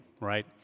right